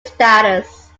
status